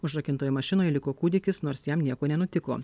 užrakintoj mašinoj liko kūdikis nors jam nieko nenutiko